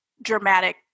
dramatic